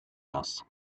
house